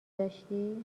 داشتی